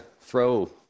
throw